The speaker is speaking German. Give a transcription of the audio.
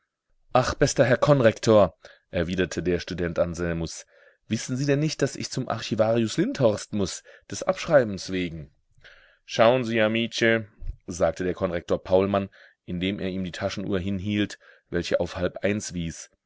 ach bester herr konrektor erwiderte der student anselmus wissen sie denn nicht daß ich zum archivarius lindhorst muß des abschreibens wegen schauen sie amice sagte der konrektor paulmann indem er ihm die taschenuhr hinhielt welche auf halb eins wies